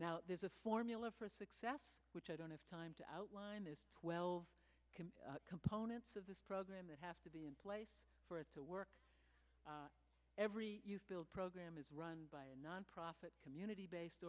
now there's a formula for success which i don't have time to outline is twelve components of this program that have to be in place for it to work every program is run by a nonprofit community based